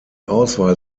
auswahl